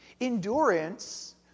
Endurance